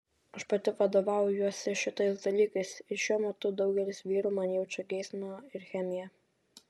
aš pati vadovaujuosi šitais dalykais ir šiuo metu daugelis vyrų man jaučia geismą ir chemiją